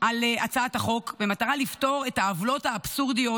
הצעת החוק במטרה לפתור את העוולות האבסורדיות